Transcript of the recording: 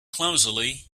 clumsily